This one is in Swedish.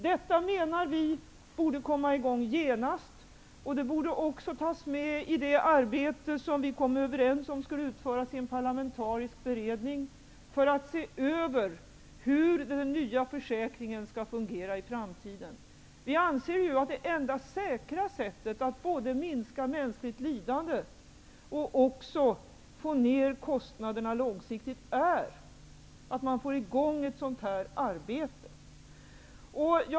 Detta menar vi borde komma i gång genast, och det borde också tas med i det arbete som vi kom överens om skulle utföras i en parlamentarisk beredning för att se över hur den nya försäkringen skall fungera i framtiden. Vi anser att det enda säkra sättet att både minska mänskligt lidande och få ned kostnaderna långsiktigt är att man får i gång ett sådant här arbete.